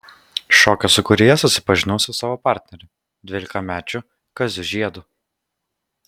šokio sūkuryje susipažinau su savo partneriu dvylikmečiu kaziu žiedu